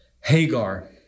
Hagar